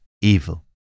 evil